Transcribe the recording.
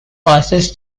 passes